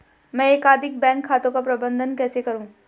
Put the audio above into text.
मैं एकाधिक बैंक खातों का प्रबंधन कैसे करूँ?